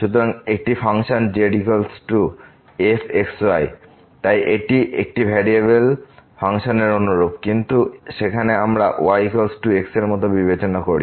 সুতরাং একটি function z f x y তাই এটি আমাদের একটি ভেরিয়েবলের ফাংশনের অনুরূপ কিন্তু সেখানে আমরা y x এর মত বিবেচনা করি